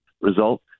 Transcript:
Result